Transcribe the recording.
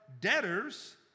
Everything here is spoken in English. debtors